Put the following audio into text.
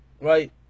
right